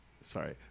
Sorry